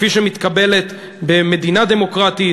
כפי שמתקבלת במדינה דמוקרטית,